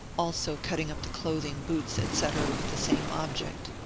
also cutting up the clothing, boots, etc, with the same object.